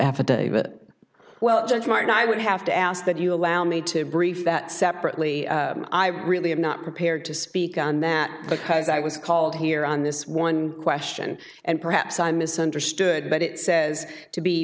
affidavit well judge martin i would have to ask that you allow me to brief that separately i really am not prepared to speak on that because i was called here on this one question and perhaps i misunderstood but it says to be